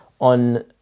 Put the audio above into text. on